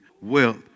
wealth